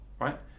right